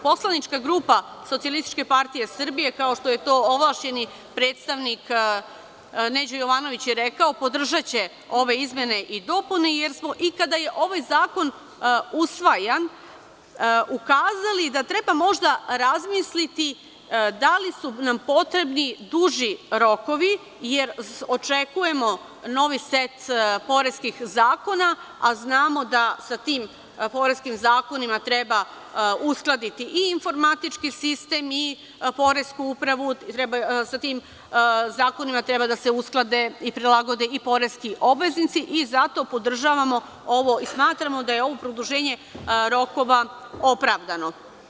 Poslanička grupa SPS, kao što je to ovlašćeni predstavnik Neđo Jovanović i rekao, podržaće ove izmene i dopune, jer smo, kada je zakon usvajan, ukazali da treba možda razmisliti da li su nam potrebni duži rokovi, jer očekujemo novi set poreskih zakona, a znamo da sa tim poreskim zakonima treba uskladiti i informatički sistem i poresku upravu, sa tim zakonima treba da se usklade i prilagode i poreski obveznici i zato podržavamo ovo i smatramo da je produženje rokova opravdano.